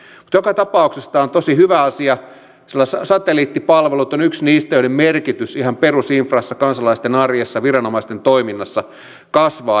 mutta joka tapauksessa tämä on tosi hyvä asia sillä satelliittipalvelut on yksi niistä asioista joiden merkitys ihan perusinfrassa kansalaisten arjessa ja viranomaisten toiminnassa kasvaa jatkuvasti